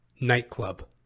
nightclub